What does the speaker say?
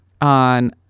on